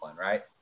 right